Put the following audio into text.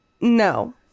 No